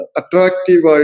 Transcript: attractive